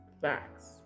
Facts